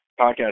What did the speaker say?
podcast